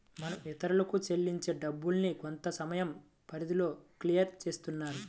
మనం ఇతరులకు చెల్లించే డబ్బుల్ని కొంతసమయం పరిధిలో క్లియర్ చేస్తుంటారు